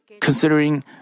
considering